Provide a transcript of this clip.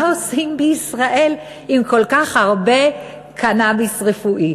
מה עושים בישראל עם כל כך הרבה קנאביס רפואי?